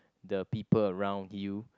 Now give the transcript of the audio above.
the people around you